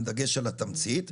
עם דגש על התמצית.